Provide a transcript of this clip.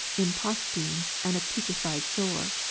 impostumes, and a putrified sore.